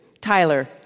Tyler